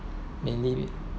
mainly